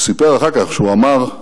הוא סיפר אחר כך שהוא אמר לעצמו,